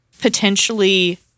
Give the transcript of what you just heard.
potentially